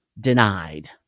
denied